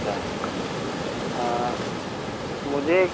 क्या मुझे